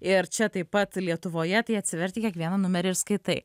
ir čia taip pat lietuvoje tai atsiverti kiekvieną numerį ir skaitai